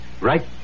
Right